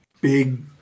big